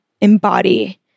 embody